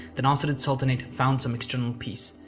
the nasrid sultanate found some external peace.